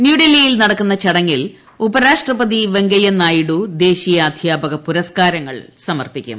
ന്യൂഡൽഹിയിൽ നടക്കുന്ന ചടങ്ങിൽ ഉപരാഷ്ട്രപതി വെങ്കയ്യനായിഡു ദേശീയ അധ്യാപക പുരസ്കാരങ്ങൾ സമർപ്പിക്കും